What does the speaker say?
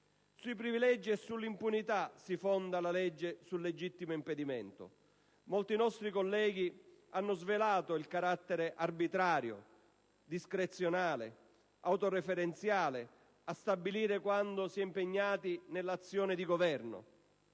Sui privilegi e sulle impunità si fonda la legge sul legittimo impedimento. Molti nostri colleghi hanno svelato il carattere arbitrario, discrezionale, autoreferenziale a stabilire quando si è impegnati nell'azione di Governo: